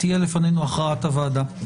תהיה לפנינו הכרעת הוועדה.